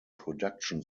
production